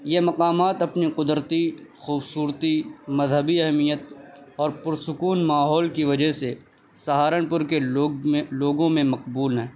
یہ مقامات اپنے قدرتی خوبصورتی مذہبی اہمیت اور پر سکون ماحول کی وجہ سے سہارنپور کے لوگ میں لوگوں میں مقبول ہیں